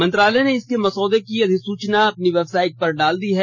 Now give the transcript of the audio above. मंत्रालय ने इसके मसौदे की अधिसूचना अपनी वेबसाइट पर डाल दी है